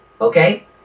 okay